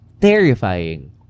terrifying